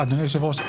אדוני היושב-ראש,